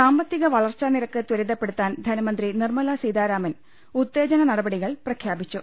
സാമ്പത്തിക വളർച്ചാ നിരക്ക് ത്വരിതപ്പെടുത്താൻ ധനമന്ത്രി നിർമ്മലാ സീതാരാമൻ ഉത്തേജന നടപടികൾ പ്രഖ്യാപിച്ചു